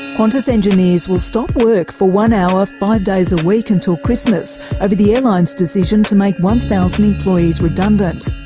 qantas engineers will stop work for one hour, five days a week, until christmas over the airline's decision to make one thousand employees redundant.